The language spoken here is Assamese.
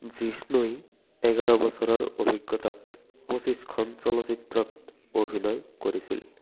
জিষ্ণুই এঘাৰ বছৰৰ অভিজ্ঞতাত পঁচিছখন চলচ্চিত্ৰত অভিনয় কৰিছিল